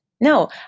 No